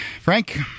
Frank